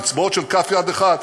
על אצבעות של כף יד אחת,